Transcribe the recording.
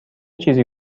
چیزی